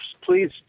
please